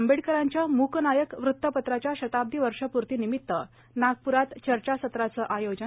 आंबेडकरांच्या मूकनायक वृतपत्राच्या शताब्दी वर्षपूर्तीनिमित नागपूरात चर्चासत्राचं आयोजन